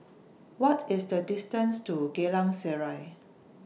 What IS The distance to Geylang Serai